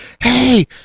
Hey